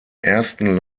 ersten